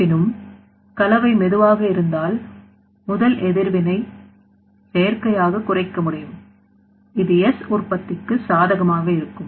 இருப்பினும் கலவை மெதுவாக இருந்தால் முதல் எதிர்வினை செயற்கையாக குறைக்க முடியும் இது S உற்பத்திக்கு சாதகமாக இருக்கும்